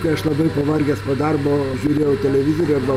kai aš labai pavargęs po darbo žiūrėjau televizorių arba